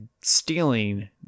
stealing